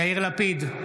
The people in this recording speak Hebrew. יאיר לפיד,